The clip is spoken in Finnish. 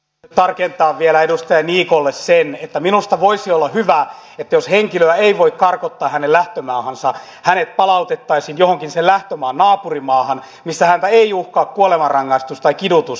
haluan vielä tarkentaa edustaja niikolle että minusta voisi olla hyvä että jos henkilöä ei voi karkottaa lähtömaahansa hänet palautettaisiin johonkin sen lähtömaan naapurimaahan missä häntä ei uhkaa kuolemanrangaistus tai kidutus